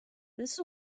this